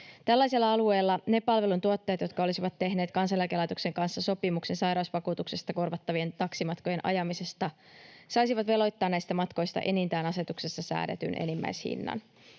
Tällaisella alueella ne palvelujen tuottajat, jotka olisivat tehneet Kansaneläkelaitoksen kanssa sopimuksen sairausvakuutuksesta korvattavien taksimatkojen ajamisesta, saisivat veloittaa näistä matkoista enintään asetuksessa säädetyn enimmäishinnan.